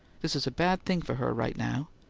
this is a bad thing for her right now.